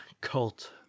cult